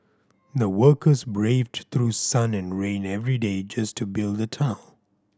the workers braved through sun and rain every day just to build the tunnel